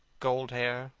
gold hair,